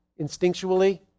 instinctually